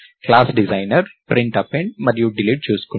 class designer print append మరియు delete చూసుకున్నారు